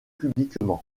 publiquement